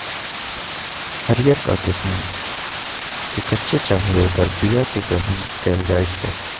हरियरका सिम के कच्चे चाहे ऐकर बियाके ग्रहण कएल जाइ छइ